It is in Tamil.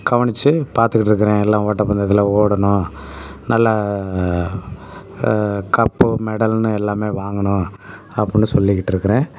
கவனிச்சு பார்த்துட்டுருக்கறேன் எல்லாம் ஓட்டப்பந்தயத்தில் ஓடணும் நல்லா கப்பு மெடல்னு எல்லாமே வாங்கணும் அப்படின்னு சொல்லிக்கிட்டுருக்கிறேன்